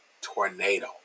tornado